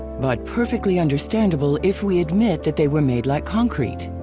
but perfectly understandable if we admit that they were made like concrete,